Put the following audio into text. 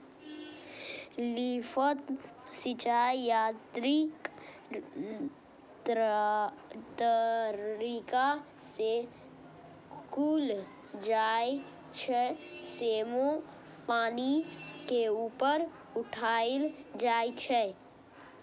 lift सिंचाइ यांत्रिक तरीका से कैल जाइ छै, जेमे पानि के ऊपर उठाएल जाइ छै